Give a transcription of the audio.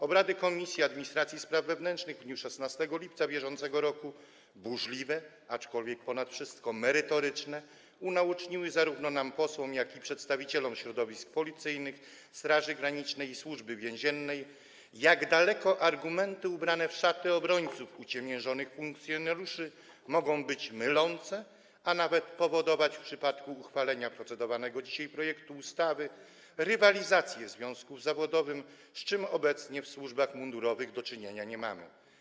Obrady Komisji Administracji i Spraw Wewnętrznych w dniu 16 lipca br., burzliwe, aczkolwiek ponad wszystko merytoryczne, unaoczniły zarówno nam, posłom, jak i przedstawicielom środowisk policyjnych, Straży Granicznej i Służby Więziennej, jak daleko argumenty ubrane w szaty obrońców uciemiężonych funkcjonariuszy mogą być mylące, a nawet powodować w przypadku uchwalenia procedowanego dzisiaj projektu ustawy rywalizację związków zawodowych, z czym obecnie w służbach mundurowych do czynienia nie mamy.